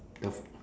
the food